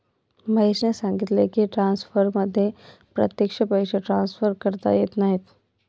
महेशने सांगितले की, ट्रान्सफरमध्ये प्रत्यक्ष पैसे ट्रान्सफर करता येत नाहीत